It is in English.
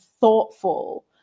thoughtful